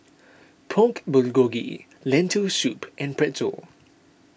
Pork Bulgogi Lentil Soup and Pretzel